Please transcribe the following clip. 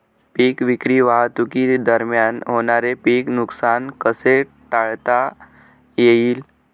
पीक विक्री वाहतुकीदरम्यान होणारे पीक नुकसान कसे टाळता येईल?